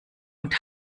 und